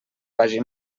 vagi